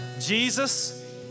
Jesus